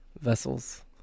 vessels